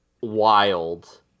wild